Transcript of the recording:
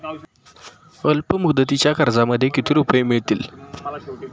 अल्पमुदतीच्या कर्जामध्ये किती रुपये मिळतील?